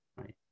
right